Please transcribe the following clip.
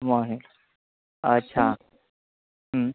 morning अच्छा